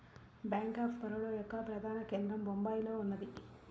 bank of Baroda యొక్క ప్రధాన కేంద్రం బొంబాయిలో ఉన్నది